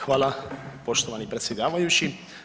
Hvala poštovani predsjedavajući.